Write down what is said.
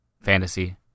Fantasy